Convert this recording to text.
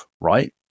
right